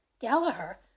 Gallagher